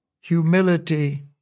humility